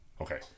Okay